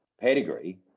pedigree